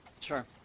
Sure